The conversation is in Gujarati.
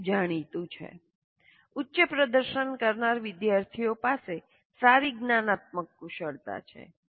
તે ખૂબ જાણીતું છે ઉચ્ચ પ્રદર્શન કરનાર વિદ્યાર્થીઓ પાસે સારી જ્ઞાનાત્મક કુશળતા છે